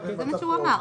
זה מה שהוא אמר.